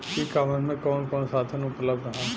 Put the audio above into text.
ई कॉमर्स में कवन कवन साधन उपलब्ध ह?